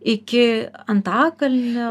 iki antakalnio